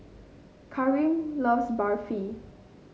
Karim loves Barfi